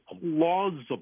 plausible